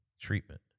treatment